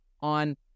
on